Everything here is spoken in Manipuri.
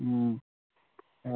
ꯎꯝ